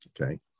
okay